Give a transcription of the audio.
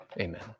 Amen